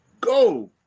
go